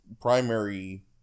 primary